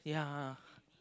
yeah